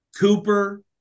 Cooper